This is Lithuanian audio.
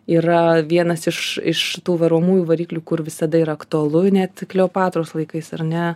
yra vienas iš iš tų varomųjų variklių kur visada yra aktualu net kleopatros laikais ar ne